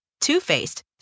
Two-Faced